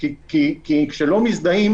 כי כשלא מזדהים